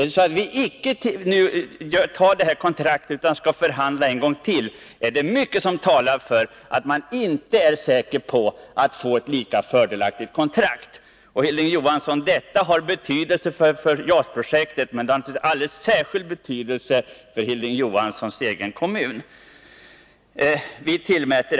Tar vi inte kontraktet nu utan måste förhandla en gång till talar mycket för att vi inte får ett lika fördelaktigt kontrakt. Och detta har stor betydelse för JAS-projektet, men det har alldeles särskild betydelse för Hilding Johanssons egen kommun.